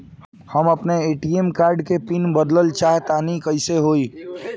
हम आपन ATM card के पीन बदलल चाहऽ तनि कइसे होई?